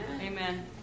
Amen